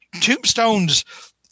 Tombstone's